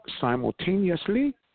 simultaneously